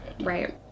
right